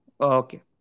Okay